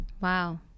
wow